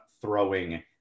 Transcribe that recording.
throwing